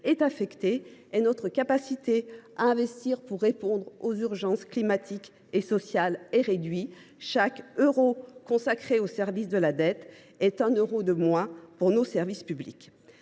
est affectée et notre capacité à investir pour répondre aux urgences climatiques et sociales se réduit. Chaque euro dédié au service de la dette est un euro de moins pour nos services publics.